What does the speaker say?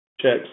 checks